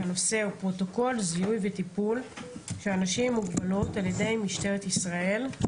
הנושא הוא זיהוי וטיפול של אנשים עם מוגבלות על ידי משטרת ישראל,